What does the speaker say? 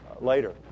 later